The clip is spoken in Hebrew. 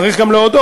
צריך גם להודות,